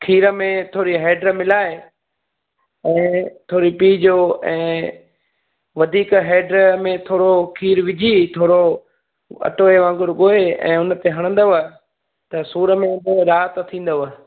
खीर में थोरी हैड मिलाइ ऐं थोरी पीअजो ऐं वधीक हैड में थोरो खीर विझी थोरो अटे वांगुर गोए ऐं हुनते हणंदव त सूर में राहतु थींदव